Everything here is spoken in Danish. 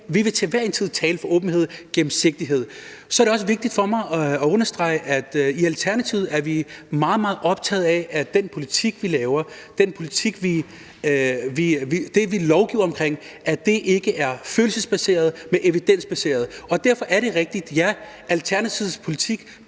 vi vil til enhver tid tale for åbenhed og gennemsigtighed. Så er det også vigtigt for mig at understrege, at vi i Alternativet er meget, meget optaget af, at den politik, vi laver, at det, vi lovgiver om, ikke er følelsesbaseret, men evidensbaseret, og derfor er det rigtigt, at Alternativets politik